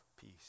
peace